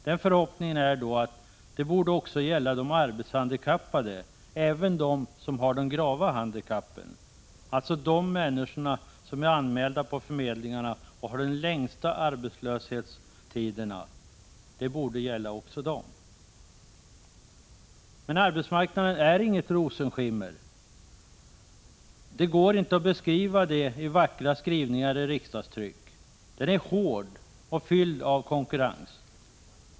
Det borde då gälla också de arbetshandikappade — även de som har grava handikapp, alltså de människor som är anmälda på förmedlingar och har de längsta arbetslöshetstiderna. Men arbetsmarknaden är inget rosenskimmer. Det går inte att beskriva den i vackra skrivningar i riksdagstryck. Arbetsmarknaden är hård och fylld av konkurrens.